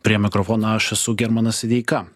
prie mikrofono aš esu germanas veika